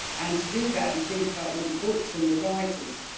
and to do that we think about all the books and the writers.